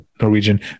Norwegian